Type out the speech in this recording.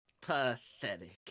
Pathetic